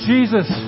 Jesus